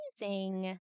amazing